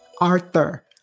Arthur